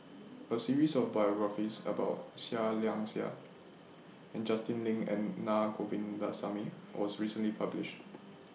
A series of biographies about Seah Liang Seah and Justin Lean and Naa Govindasamy was recently published